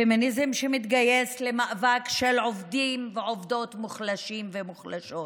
פמיניזם שמתגייס למאבק של עובדים ועובדות מוחלשים ומוחלשות,